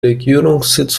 regierungssitz